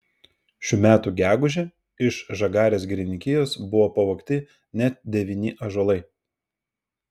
šių metų gegužę iš žagarės girininkijos buvo pavogti net devyni ąžuolai